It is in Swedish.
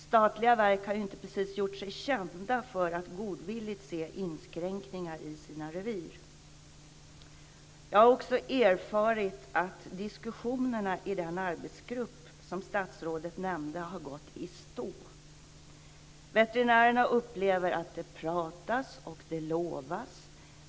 Statliga verk har inte precis gjort sig kända för att godvilligt se inskränkningar i sina revir. Jag har också erfarit att diskussionerna i den arbetsgrupp som statsrådet nämnde har gått i stå. Veterinärerna upplever att det pratas och att det lovas.